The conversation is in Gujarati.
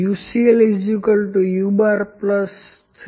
L u U